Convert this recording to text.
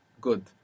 Good